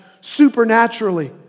supernaturally